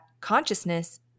consciousness